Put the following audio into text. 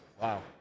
Wow